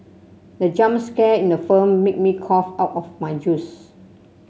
the jump scare in the film made me cough out my juice